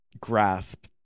grasp